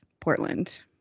portland